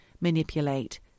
manipulate